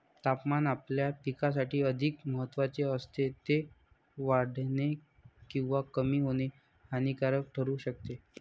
तापमान आपल्या पिकासाठी अधिक महत्त्वाचे असते, ते वाढणे किंवा कमी होणे हानिकारक ठरू शकते